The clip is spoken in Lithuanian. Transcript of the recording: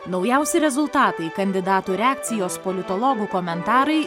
naujausi rezultatai kandidatų reakcijos politologų komentarai